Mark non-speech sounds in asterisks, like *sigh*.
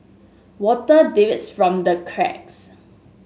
water *unintelligible* from the cracks